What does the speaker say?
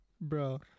bro